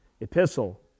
epistle